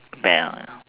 bad ya